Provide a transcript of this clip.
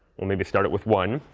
we'll maybe start it with one.